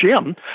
gym